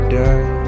die